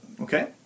Okay